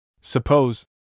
Suppose